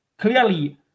clearly